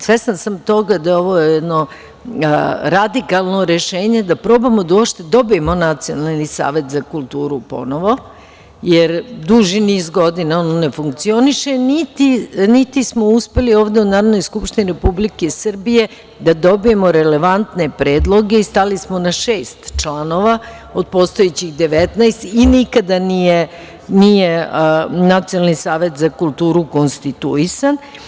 Svesna sam toga da je ovo jedno radikalno rešenje da probamo da uopšte dobijemo Nacionalni savet za kulturu ponovo, jer duži niz godina ono ne funkcioniše, niti smo uspeli ovde u Narodnoj skupštini Republike Srbije da dobijemo relevantne predloge i stali smo na šest članova od postojećih 19 i nikada nije Nacionalni savet za kulturu konstituisan.